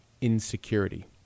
insecurity